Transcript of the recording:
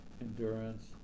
endurance